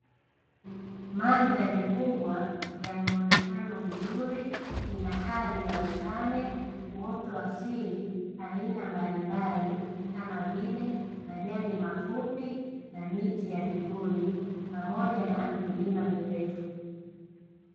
Mandhari kubwa ya muonekano mzuri ina hali ya ukame, uoto asili aina mbalimbali kama vile majani mafupi na miti ya vivuli, pamoja na milima mirefu.